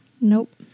Nope